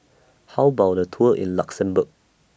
How about A Tour in Luxembourg